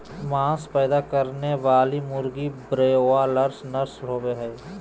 मांस पैदा करने वाली मुर्गी ब्रोआयालर्स नस्ल के होबे हइ